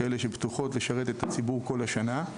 כאלה שפתוחים לשרת את הציבור כל השנה,